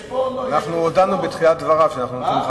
יש פה, אנחנו הודענו בתחילת דבריו שאנחנו נותנים.